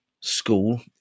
school